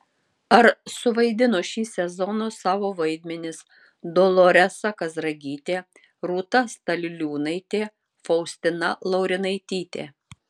ar suvaidino šį sezoną savo vaidmenis doloresa kazragytė rūta staliliūnaitė faustina laurinaitytė